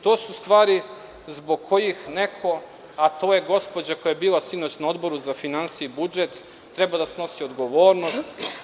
To su stvari zbog kojih neko, a to je gospođa koja je bila sinoć na Odboru za finansije, treba da snosi odgovornost.